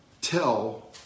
tell